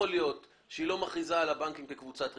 להיות שהיא לא מכריזה על הבנקים כקבוצת ריכוז,